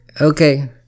Okay